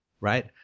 right